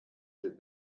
did